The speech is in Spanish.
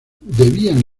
debían